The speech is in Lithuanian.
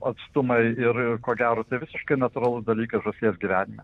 atstumai ir ko gero tai visiškai natūralus dalykas žąsies gyvenime